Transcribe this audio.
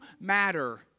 matter